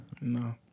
No